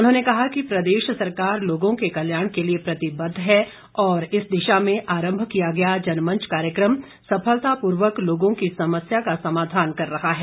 उन्होंने कहा कि प्रदेश सरकार लोगों के कल्याण के लिए प्रतिबद्ध है और इस दिशा में आरंभ किया गया जनमंच कार्यक्रम सफलता पूर्वक लोगों की समस्या का समाधान कर रहा है